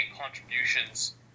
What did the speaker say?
contributions